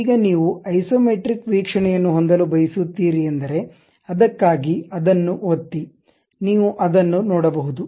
ಈಗ ನೀವು ಐಸೊಮೆಟ್ರಿಕ್ ವೀಕ್ಷಣೆಯನ್ನು ಹೊಂದಲು ಬಯಸುತ್ತೀರಿ ಎಂದರೆ ಅದಕ್ಕಾಗಿ ಅದನ್ನು ಒತ್ತಿ ನೀವು ಅದನ್ನು ನೋಡಬಹುದು